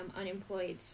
unemployed